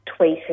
tweeted